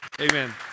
Amen